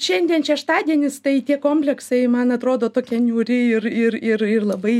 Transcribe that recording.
šiandien šeštadienis tai tie kompleksai man atrodo tokia niūri ir ir ir ir labai